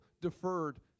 deferred